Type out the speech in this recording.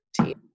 team